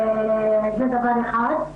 זה דבר אחד.